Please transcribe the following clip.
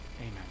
Amen